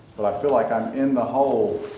but i feel like i'm in the whole.